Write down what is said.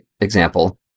example